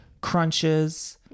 Crunches